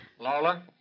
Lola